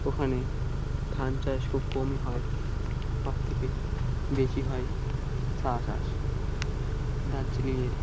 ওখানে ধান চাষ খুব কমই হয় সব থেকে বেশি হয় চা চাষ দার্জিলিংয়ের